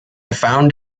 found